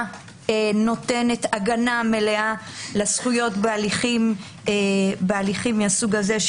נותנת הגנה מלאה לזכויות בהליכים מסוג זה,